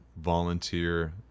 volunteer